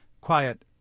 Quiet